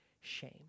shame